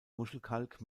muschelkalk